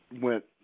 went